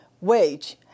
wage